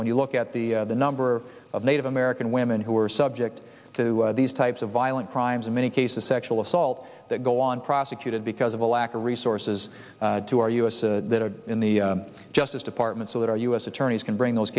when you look at the number of native american women who are subject to these types of violent crimes in many cases sexual assault that go on prosecuted because of a lack of resources to r us a in the justice department so that our u s attorneys can bring those